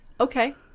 okay